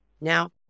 Now